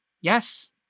Yes